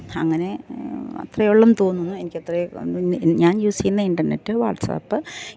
അങ്ങനെ അത്രയേ ഉള്ളെന്നു തോന്നുന്നു എനിക്ക് അത്രയേ ഞാൻ യൂസ് ചെയ്യുന്ന ഇൻ്റർനെറ്റ് വാട്സാപ്പ്